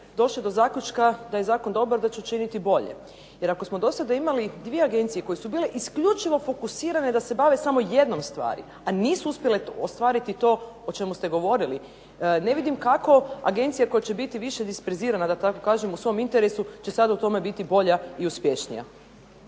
došli do zaključka da je zakon dobar, da će učiniti bolje. Jer ako smo do sada imali dvije agencije koje su bile isključivo fokusirane da se bave samo jednom stvari, a nisu uspjele ostvariti to o čemu ste govorili. Ne vidim kako agencija koja će biti više disperzirana da tako kažem u svom interesu će sad u tome biti bolja i uspješnija.